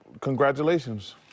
congratulations